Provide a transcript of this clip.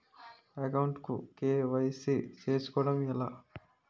Account కు KYC చేసుకోవడం ఎలా?